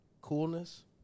coolness